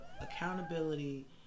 accountability